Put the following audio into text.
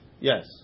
Yes